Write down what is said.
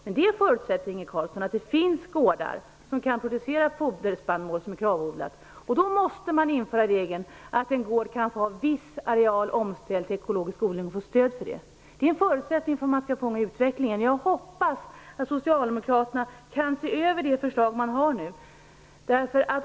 Men det förutsätter, Inge Carlsson, att det finns gårdar som kan producera foderspannmål som är KRAV-odlad. Då måste man införa regeln att en gård kan få ha viss areal omställd till ekologisk odling och få stöd för det. Det är en förutsättning för att man skall få den här utvecklingen. Jag hoppas att Socialdemokraterna kan se över det förslag som man nu har.